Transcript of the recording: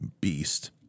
beast